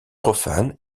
profane